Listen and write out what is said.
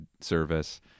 service